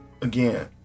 again